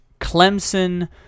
Clemson